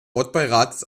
ortsbeirates